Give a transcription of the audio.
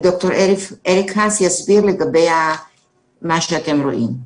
ועד היום כדי שנבין מה ההיקפים של הבדיקות,